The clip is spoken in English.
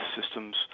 systems